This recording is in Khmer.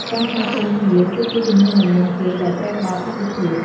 ការស្វាគមន៍ភ្ញៀវ គឺជាជំហានដំបូងគេដែលត្រូវផ្តល់អាទិភាព។